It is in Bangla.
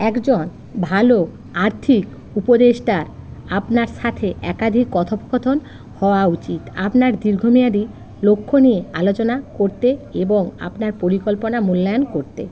একজন ভালো আর্থিক উপদেষ্টার আপনার সাথে একাধিক কথোপকথন হওয়া উচিত আপনার দীর্ঘমেয়াদী লক্ষ্য নিয়ে আলোচনা করতে এবং আপনার পরিকল্পনা মূল্যায়ণ করতে